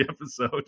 episode